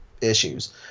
issues